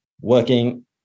working